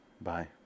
Bye